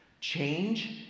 Change